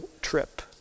trip